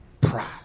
pride